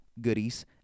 goodies